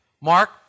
Mark